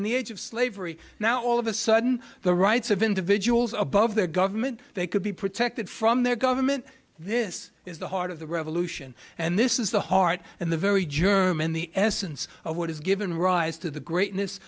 in the age of slavery now all of a sudden the rights of individuals above their government they could be protected from their government this is the heart of the revolution and this is the heart and the very german the essence of what has given rise to the greatness